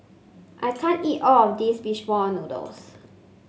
I can't eat all of this fish ball noodles